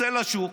צאו לשוק,